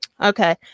Okay